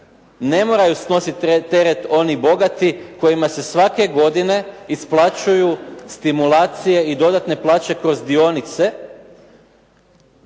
Ne moraju snositi teret oni bogati kojima se svake godine isplaćuju stimulacije i dodatne plaće kroz dionice,